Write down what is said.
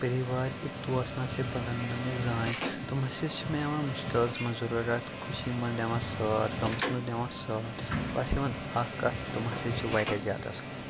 پٔریوار اِتھۍ دوس نا سا بنَن نہٕ مےٚ زانٛہے تِم ہسا چھِ مےٚ یِوان مُشکِلس منٛز ضروٗرت خۄشی منٛز دِوان ساتھ غمس منٛز دِوان ساتھ بہٕ سا وَنہٕ اکھ کتھ تِم ہسا چھِ وارِیاہ زیادٕ اصٕل